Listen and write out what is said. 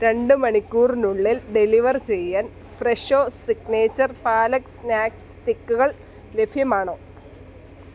രണ്ട് മണിക്കൂറിനുള്ളിൽ ഡെലിവർ ചെയ്യാൻ ഫ്രെഷോ സിഗ്നേച്ചർ പാലക് സ്നാക്ക് സ്റ്റിക്കുകൾ ലഫ്യമാണോ